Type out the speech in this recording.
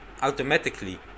automatically